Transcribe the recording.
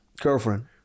Girlfriend